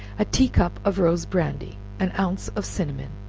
a tea-cup of rose brandy, an ounce of cinnamon,